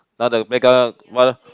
but the playground what ah